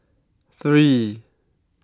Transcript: three